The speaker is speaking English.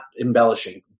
embellishing